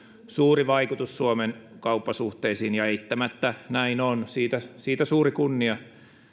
suuri vaikutus suomen kauppasuhteisiin ja eittämättä näin on siitä siitä suuri kunnia